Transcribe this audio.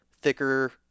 thicker